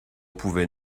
pouvait